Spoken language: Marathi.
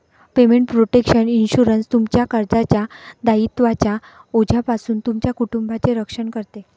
पेमेंट प्रोटेक्शन इन्शुरन्स, तुमच्या कर्जाच्या दायित्वांच्या ओझ्यापासून तुमच्या कुटुंबाचे रक्षण करते